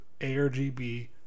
ARGB